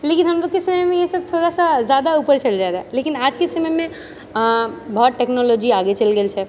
लेकिन हमलोगके समयमे इसब थोड़ा सा जादा ऊपर चलि जाइ रहै लेकिन आजके समयमे बहुत टेक्नोलोजी आगे चलि गेल छै